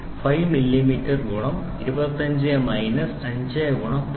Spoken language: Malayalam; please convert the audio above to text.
5 മില്ലിമീറ്റർ ഗുണം 25 മൈനസ് 5 ഗുണം 0